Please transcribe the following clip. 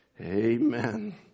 Amen